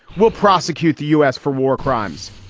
will prosecute the u s. for war crimes.